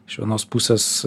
iš vienos pusės